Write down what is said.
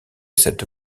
cette